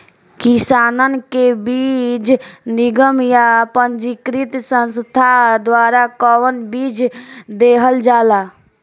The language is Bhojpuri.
किसानन के बीज निगम या पंजीकृत संस्था द्वारा कवन बीज देहल जाला?